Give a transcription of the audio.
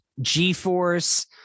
G-Force